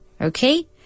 Okay